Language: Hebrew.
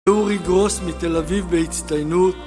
יורי גרוס מתל אביב בהצטיינות